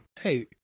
Hey